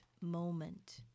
moment